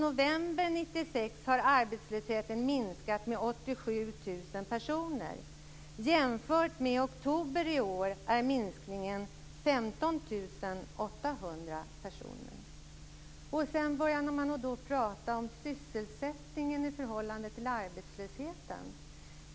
Det talas om sysselsättningen i förhållande till arbetslösheten.